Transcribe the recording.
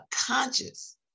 conscious